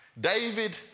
David